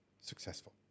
successful